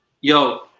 Yo